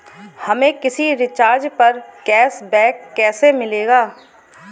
हमें किसी रिचार्ज पर कैशबैक कैसे मिलेगा?